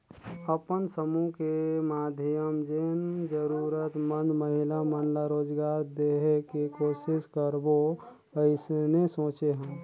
अपन समुह के माधियम जेन जरूरतमंद महिला मन ला रोजगार देहे के कोसिस करबो अइसने सोचे हन